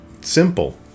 simple